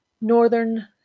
northern